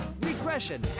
regression